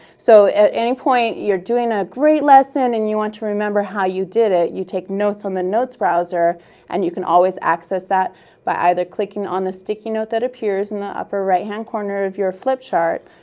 so at any point, you're doing a great lesson and you want to remember how you did it, you take notes on the notes browser and you can always access that by either clicking on the sticky note that appears in the upper right hand corner of your flip chart,